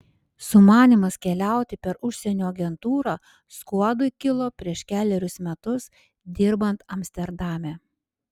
sumanymas keliauti per užsienio agentūrą skuodui kilo prieš kelerius metus dirbant amsterdame